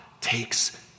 takes